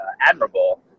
admirable